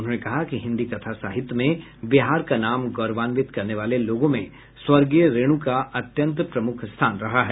उन्होंने कहा कि हिन्दी कथा साहित्य में बिहार का नाम गौरवान्वित करने वाले लोगों में स्वर्गीय रेणु का अत्यंत प्रमुख स्थान रहा है